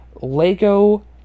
Lego